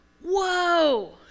whoa